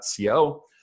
Co